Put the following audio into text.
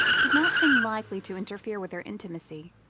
did not seem likely to interfere with their intimacy.